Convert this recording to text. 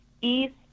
East